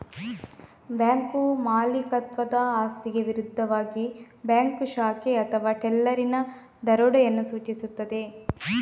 bank ಮಾಲೀಕತ್ವದ ಆಸ್ತಿಗೆ ವಿರುದ್ಧವಾಗಿ ಬ್ಯಾಂಕ್ ಶಾಖೆ ಅಥವಾ ಟೆಲ್ಲರಿನ ದರೋಡೆಯನ್ನು ಸೂಚಿಸುತ್ತದೆ